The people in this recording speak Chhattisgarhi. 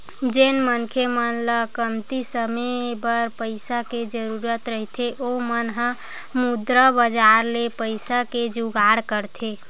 जेन मनखे मन ल कमती समे बर पइसा के जरुरत रहिथे ओ मन ह मुद्रा बजार ले पइसा के जुगाड़ करथे